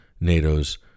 NATO's